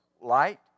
Light